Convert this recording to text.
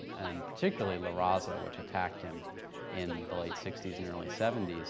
and particularly la raza which attacked him in the late sixty s and early seventy s,